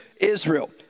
Israel